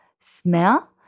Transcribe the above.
smell